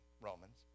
Romans